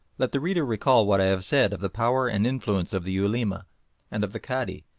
let the reader recall what i have said of the power and influence of the ulema and of the cadi,